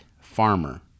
Farmer